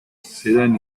serán